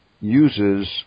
uses